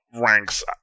ranks